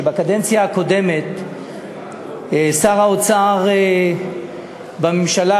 שבקדנציה הקודמת שר האוצר בממשלה,